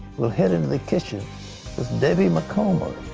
we'll head into the kitchen with debbie malcomer.